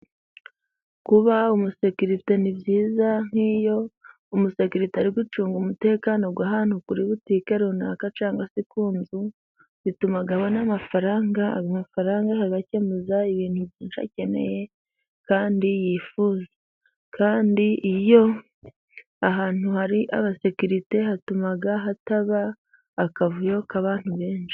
Kuba umusekirite ni byiza. Nk'iyo umusekirite ari gucunga umutekano w'ahantu kuri butike runaka cyangwa se ku nzu, bituma abona amafaranga , amafaranga akayakemuza ibintu byinshi akeneye kandi yifuza . Kandi iyo ahantu hari abasekirite, bituma hataba akavuyo k'abantu benshi.